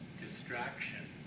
distraction